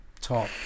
top